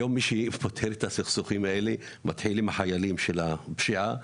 היום מי שפוטר את הסכסוכים האלה זה בהתחלה החיילים של ארגוני הפשיעה,